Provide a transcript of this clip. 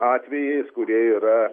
atvejais kurie yra